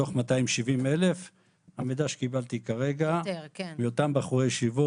מתוך 270,000. המידע שקיבלתי כרגע הוא שמאותם בחורי ישיבות